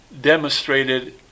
demonstrated